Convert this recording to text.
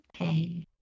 Okay